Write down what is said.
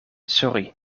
sorry